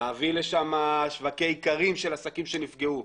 להביא לשם שווקי איכרים של עסקים שנפגעו,